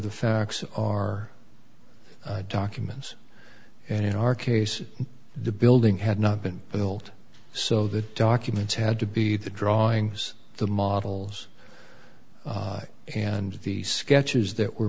the facts are documents and in our case the building had not been built so the documents had to be the drawings the models and the sketches that were